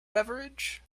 beverage